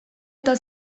eta